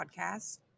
podcast